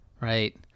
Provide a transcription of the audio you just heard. Right